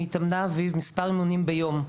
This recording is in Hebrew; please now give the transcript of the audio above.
התאמנה אביב מספר אימונים ביום,